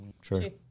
True